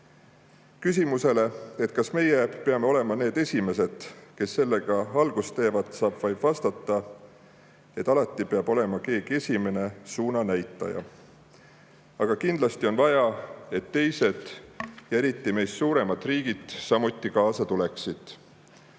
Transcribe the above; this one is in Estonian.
Küsimusele, kas meie peame olema esimesed, kes sellega algust teevad, saab vaid vastata, et alati peab keegi olema esimene, suunanäitaja. Aga kindlasti on vaja, et teised, eriti meist suuremad riigid, samuti kaasa tuleksid.